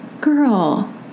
Girl